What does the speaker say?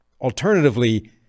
Alternatively